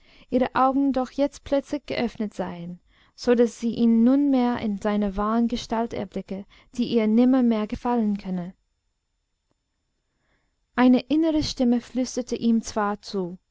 ihre augen doch jetzt plötzlich geöffnet seien so daß sie ihn nunmehr in seiner wahren gestalt erblicke die ihr nimmermehr gefallen könne eine innere stimme flüsterte ihm zwar zu